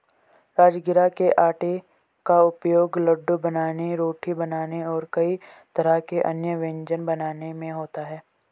राजगिरा के आटे का उपयोग लड्डू बनाने रोटी बनाने और कई तरह के अन्य व्यंजन बनाने में होता है